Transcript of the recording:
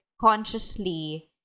consciously